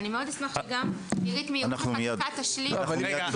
ואני מאוד אשמח שגם נירית מייעוץ וחקיקה תשלים --- אבל רגע,